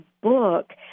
book